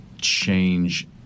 change